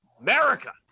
America